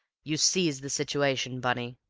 you seize the situation, bunny?